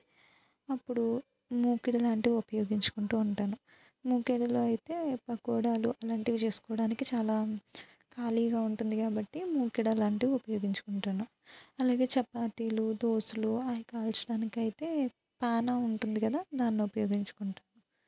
అప్పుడు మూకిడి లాంటిది ఉపయోగించుకుంటూ ఉంటాను మూకిడిలో అయితే పకోడాలు లాంటివి చేసుకోవడానికి చాలా ఖాళీగా ఉంటుంది కాబట్టి మూకిడ లాంటివి ఉపయోగించుకుంటాను అలాగే చపాతీలు దోసలు అవి కాల్చడానికి అయితే పానా ఉంటుంది కద దాన్ని ఉపయోగించుకుంటాను